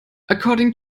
according